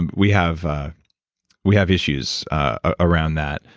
and we have ah we have issues ah around that.